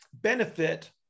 benefit